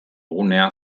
gunea